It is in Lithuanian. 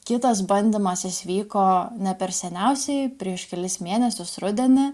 kitas bandymas is vyko ne per seniausiai prieš kelis mėnesius rudenį